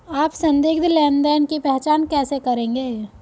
आप संदिग्ध लेनदेन की पहचान कैसे करेंगे?